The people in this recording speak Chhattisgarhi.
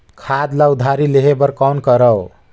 खाद ल उधारी लेहे बर कौन करव?